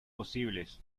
posibles